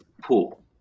pool